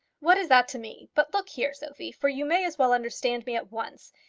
what is that to me? but look here, sophie, for you may as well understand me at once.